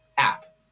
app